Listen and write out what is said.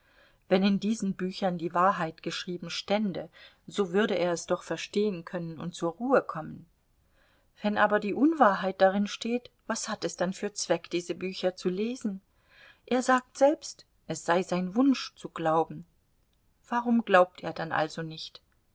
wenn in diesen büchern die wahrheit geschrieben stände so würde er es doch verstehen können und zur ruhe kommen wenn aber unwahrheit darin steht was hat es dann für zweck diese bücher zu lesen er sagt selbst es sei sein wunsch zu glauben warum glaubt er dann also nicht